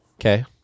Okay